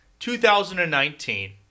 2019